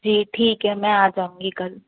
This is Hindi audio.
जी ठीक है मैं आ जाऊंगी कल